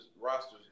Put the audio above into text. rosters